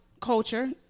culture